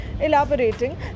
Elaborating